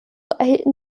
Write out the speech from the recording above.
erhielten